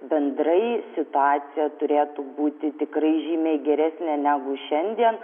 bendrai situacija turėtų būti tikrai žymiai geresnė negu šiandien